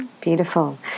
Beautiful